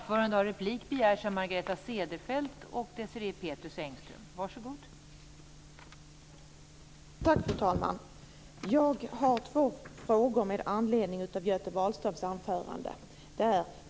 Fru talman! Jag har två frågor med anledning av Göte Wahlströms anförande.